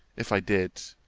if i did,